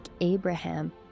Abraham